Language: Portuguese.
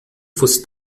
fosse